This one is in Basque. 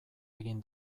egin